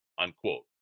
unquote